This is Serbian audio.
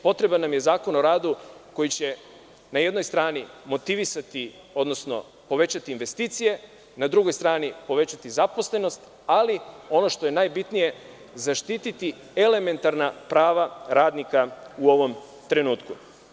Potreban nam je Zakon o radu koji će na jednoj strani motivisati, odnosno povećati investicije, na drugoj strani povećati zaposlenost, ali ono što je najbitnije zaštititi elementarna prava radnika u ovom trenutku.